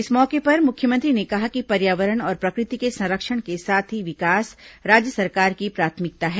इस मौके पर मुख्यमंत्री ने कहा कि पर्यावरण और प्रकृति के संरक्षण के साथ ही विकास राज्य सरकार की प्राथमिकता है